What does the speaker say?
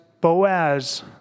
Boaz